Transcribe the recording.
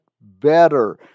better